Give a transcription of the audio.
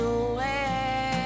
away